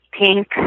Pink